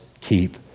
keep